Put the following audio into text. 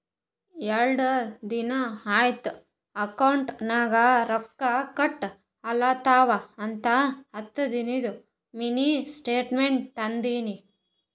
ಯಾಡ್ ದಿನಾ ಐಯ್ತ್ ಅಕೌಂಟ್ ನಾಗ್ ರೊಕ್ಕಾ ಕಟ್ ಆಲತವ್ ಅಂತ ಹತ್ತದಿಂದು ಮಿನಿ ಸ್ಟೇಟ್ಮೆಂಟ್ ತಂದಿನಿ